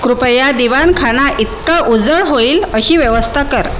कृपया दिवाणखाना इतका उजळ होईल अशी व्यवस्था कर